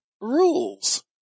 rules